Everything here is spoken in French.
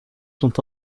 sont